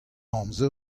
amzer